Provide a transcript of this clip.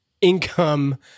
income